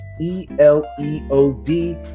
e-l-e-o-d